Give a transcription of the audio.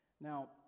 Now